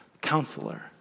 counselor